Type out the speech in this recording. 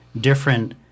different